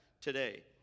today